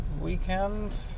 weekend